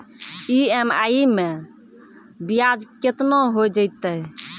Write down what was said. EMI मैं ब्याज केतना हो जयतै?